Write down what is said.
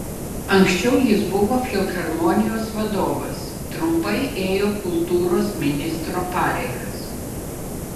anksčiau jis buvo filharmonijos vadovas trumpai ėjo kultūros ministro pareigas